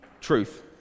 truth